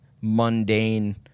mundane